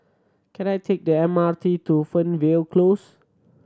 can I take the M R T to Fernvale Close